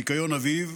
ניקיון אביב,